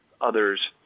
others